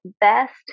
best